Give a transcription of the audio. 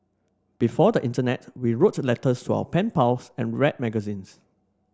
before the internet we wrote letters to our pen pals and read magazines